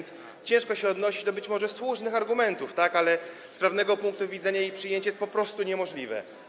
Ciężko się odnosić do tych, być może słusznych, argumentów, ale z prawnego punktu widzenia jej przyjęcie jest po prostu niemożliwe.